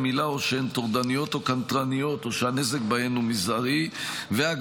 עילה או שהן טורדניות או קנטרניות או שהנזק בהן הוא מזערי והגבלה